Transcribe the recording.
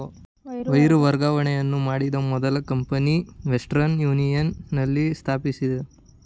wire ವರ್ಗಾವಣೆಯನ್ನು ಮಾಡಿದ ಮೊದಲ ಕಂಪನಿ ವೆಸ್ಟರ್ನ್ ಯೂನಿಯನ್ ನಲ್ಲಿ ಸ್ಥಾಪಿಸಿದ್ದ್ರು